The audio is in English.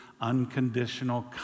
unconditional